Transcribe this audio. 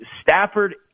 Stafford